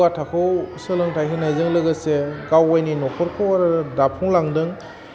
जौगा थाखोआव सोलोंथाइ होनायजों लोगोसे गावगायनि नखरखौ आरो दाफुंलांदों